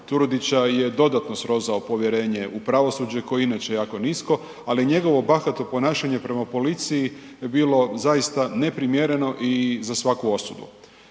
Turudića je dodatno srozao povjerenje u pravosuđe koje je inače jako nisko. Ali njegovo bahato ponašanje prema policiji je bilo zaista neprimjereno i za svaku osudu.